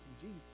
Jesus